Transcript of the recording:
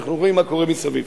אנחנו רואים מה קורה מסביב.